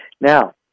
Now